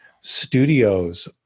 studios